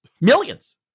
Millions